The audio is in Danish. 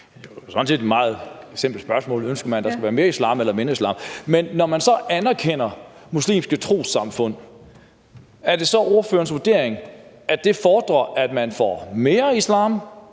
set et meget simpelt spørgsmål: Ønsker man, at der skal være mere islam eller mindre islam? Men når man så anerkender muslimske trossamfund, er det så ordførerens vurdering, at det fordrer, at man får mere islam